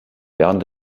während